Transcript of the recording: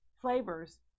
flavors